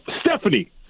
Stephanie